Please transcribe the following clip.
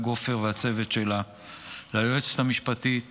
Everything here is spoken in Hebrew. לאה גופר והצוות שלה וליועצת המשפטית